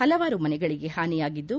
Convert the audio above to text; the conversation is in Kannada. ಪಲವಾರು ಮನೆಗಳಿಗೆ ಪಾನಿಯಾಗಿದ್ದು